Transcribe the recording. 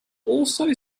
also